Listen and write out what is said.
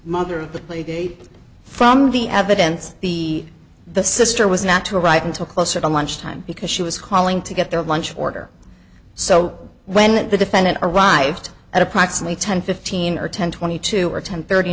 mother of the play date from the evidence the the sister was not to right until closer to lunch time because she was calling to get their lunch order so when the defendant arrived at approximately ten fifteen or ten twenty two or ten thirty